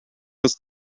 was